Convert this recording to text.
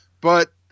But-